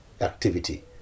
activity